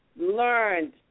learned